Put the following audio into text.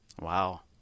Wow